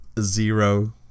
zero